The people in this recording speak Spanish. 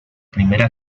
primera